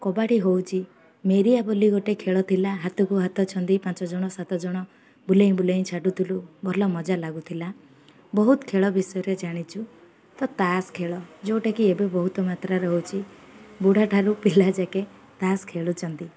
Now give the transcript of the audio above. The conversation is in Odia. କବାଡ଼ି ହେଉଛି ମେରିଆ ବୋଲି ଗୋଟେ ଖେଳ ଥିଲା ହାତକୁ ହାତ ଛନ୍ଦି ପାଞ୍ଚଜଣ ସାତଜଣ ବୁଲେଇ ବୁଲେଇ ଛାଡ଼ୁଥିଲୁ ଭଲ ମଜା ଲାଗୁଥିଲା ବହୁତ ଖେଳ ବିଷୟରେ ଜାଣିଛୁ ତ ତାସ ଖେଳ ଯେଉଁଟାକି ଏବେ ବହୁତ ମାତ୍ରା ରହୁଛି ବୁଢ଼ାଠାରୁ ପିଲା ଯାକେ ତାସ ଖେଳୁଛନ୍ତି